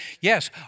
yes